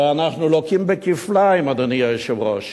ואנחנו לוקים בכפליים, אדוני היושב-ראש: